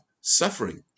suffering